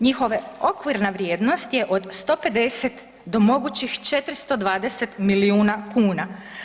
Njihova okvirna vrijednost je do 150 do mogućih 420 milijuna kuna.